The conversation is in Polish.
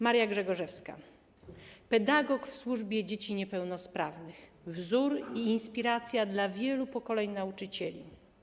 Maria Grzegorzewska - pedagog w służbie dzieci niepełnosprawnych, wzór i inspiracja dla wielu pokoleń nauczycieli.